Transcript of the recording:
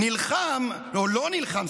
לא נלחם,